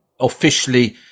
officially